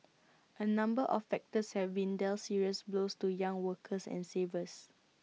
A number of factors have been dealt serious blows to young workers and savers